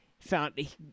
found